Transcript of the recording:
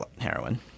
heroin